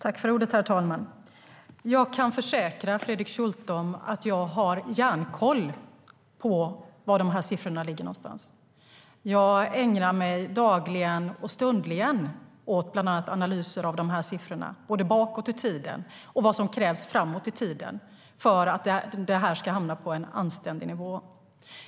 Herr talman! Jag kan försäkra Fredrik Schulte att jag har järnkoll på var de här siffrorna ligger någonstans. Jag ägnar mig dagligen och stundligen åt bland annat analyser av dessa siffror både bakåt i tiden och när det gäller vad som krävs framåt i tiden för att detta ska hamna på en anständig nivå.